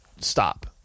stop